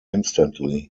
instantly